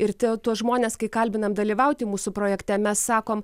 ir tuos žmones kai kalbinam dalyvauti mūsų projekte mes sakom